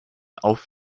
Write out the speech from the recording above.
auf